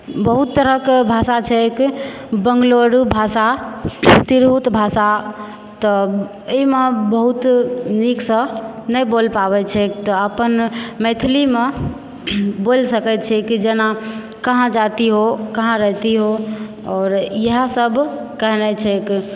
बहुत तरहक भाषा छैक बङ्गलुरु भाषा तिरहुत भाषा तऽ एहिमे बहुत नीकसँ नहि बोलि पाबै छै एक तऽ अपन मैथिलीमे बोलि सकै छिऐ कि जेना कहाँ जाती हो कहाँ रहती हो आओर इएह सभ कहनाए छै